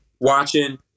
Watching